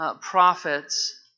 prophets